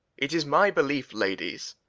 it is my belief, ladies,